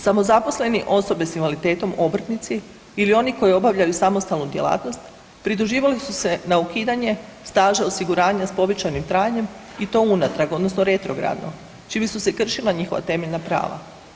Samozaposleni osobe s invaliditetom, obrtnici ili oni koji obavljaju samostalnu djelatnost pridruživali su se na ukidanje staža osiguranja s povećanim trajanjem i to unatrag odnosno retrogradno čime su se kršila njihova temeljna prava.